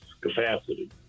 capacity